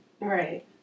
Right